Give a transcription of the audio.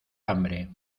hambre